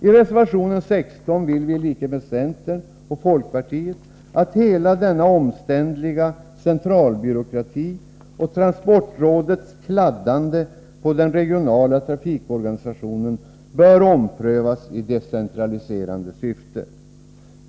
I reservation 16 anför vi i likhet med centern och folkpartiet att hela denna omständliga centralbyråkrati och transportrådets ”kladdande” på den regionala trafikorganisationen bör omprövas i decentraliserande syfte.